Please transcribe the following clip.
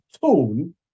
tone